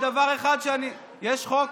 יש חוק